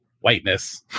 whiteness